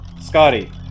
Scotty